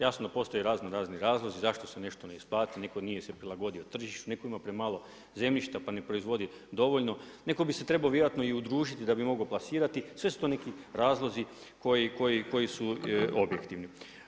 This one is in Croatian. Jasno postoje raznorazni razlozi zašto se nešto ne isplati, neko se nije prilagodio tržištu, neko ima premalo zemljišta pa ne proizvodi dovoljno, neko bi se trebao vjerojatno i udružiti da bi to mogao plasirati, sve su to neki razlozi koji objektivni.